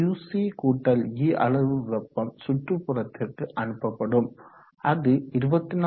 QcE அளவு வெப்பம் சுற்றுபுறத்திற்கு அனுப்பப்படும் அது 24